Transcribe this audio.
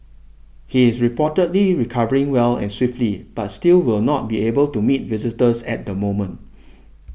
he is reportedly recovering well and swiftly but still will not be able to meet visitors at the moment